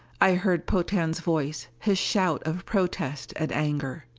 i heard potan's voice, his shout of protest and anger.